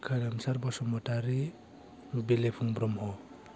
खोरोमसार बसुमातारि बिलिफां ब्रह्म